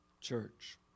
church